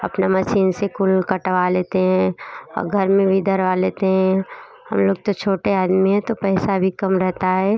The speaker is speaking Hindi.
अपना मसीन से भी कुल कटवा लेते हैं औ घर में भी धरवा लेते हैं हम लोग तो छोटे आदमी हैं तो पैसा भी कम रहता है